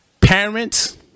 parents